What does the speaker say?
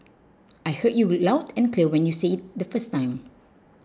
I heard you loud and clear when you said it the first time